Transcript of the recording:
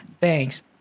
thanks